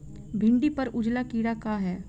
भिंडी पर उजला कीड़ा का है?